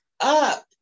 up